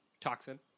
Toxin